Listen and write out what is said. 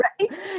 Right